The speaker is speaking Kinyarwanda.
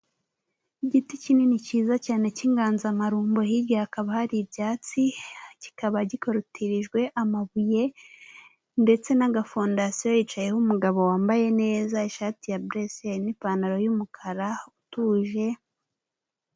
Igiti kinini cyiza cyane cy'inganzamarumbo hirya hakaba hari ibyatsi, kikaba gikorotirijwe amabuye ndetse n'agafondasiyo hicayeho umugabo wambaye neza wambaye ishati ya buresiyeri n'ipantaro y'umukara utuje.